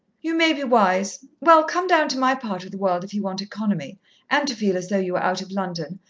you may be wise. well, come down to my part of the world if you want economy and to feel as though you were out of london.